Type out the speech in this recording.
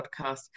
Podcast